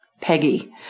Peggy